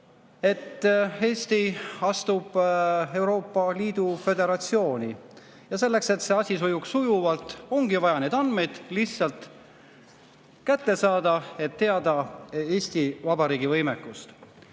kui Eesti astub Euroopa Liidu föderatsiooni. Selleks, et see asi sujuks, ongi vaja neid andmeid lihtsalt kätte saada, et teada Eesti Vabariigi võimekust.